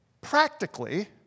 Practically